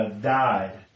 died